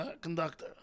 Conductor